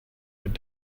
with